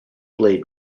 blade